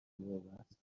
میومد